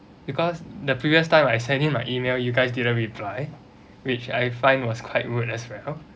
because the previous time I send you my email you guys didn't reply which I find was quite rude as well